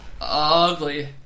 ugly